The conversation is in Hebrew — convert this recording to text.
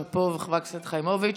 שאפו, גם לחברת הכנסת חיימוביץ'.